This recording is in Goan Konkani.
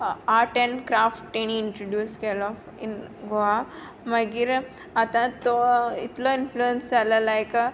आर्ट एण्ड क्राफ्ट ताणी इन्ट्रोड्यूस केलो इन गोवा मागीर आतां तो इतलो इन्फ्सूअंस जाला लायक